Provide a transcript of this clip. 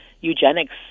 eugenics